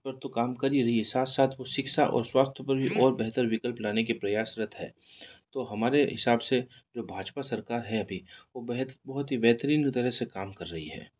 पर तो काम कर ही रही है साथ साथ वो शिक्षा और स्वास्थ्य पर भी और बेहतर विकल्प लाने के प्रयासरत है तो हमारे हिसाब से जो भाजपा सरकार है अभी बहुत ही बेहतरीन तरह से काम कर रही है